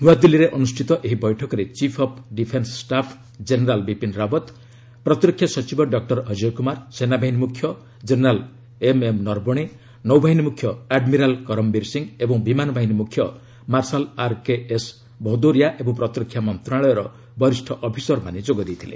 ନୃଆଦିଲ୍ଲୀରେ ଅନୁଷ୍ଠିତ ଏହି ବୈଠକରେ chief of defence staff general Bipin Rawat ପ୍ରତୀରକ୍ଷା ସଚିବ ଡକ୍ଟର ଅଜୟ କୁମାର ସେନାବାହିନୀ ମୁଖ୍ୟ ଜେନେରାଲ୍ ଏମ୍ଏମ୍ ନରବଣେ ନୌବାହିନୀ ମୁଖ୍ୟ ଆଡମିରାଲ୍ କରମବୀର ସିଂହ ଓ ବିମାନ ବାହିନୀ ମୁଖ୍ୟ ମାର୍ସାଲ୍ ଆର୍କେଏସ୍ ଭଦୌରିଆ ଏବଂ ପ୍ରତିରକ୍ଷା ମନ୍ତ୍ରଣାଳୟର ବରିଷ ଅଫିସରମାନେ ଯୋଗ ଦେଇଥିଲେ